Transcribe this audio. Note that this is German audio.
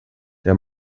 der